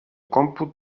còmput